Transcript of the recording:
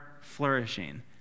flourishing